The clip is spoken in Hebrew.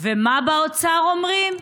ומה באוצר אומרים?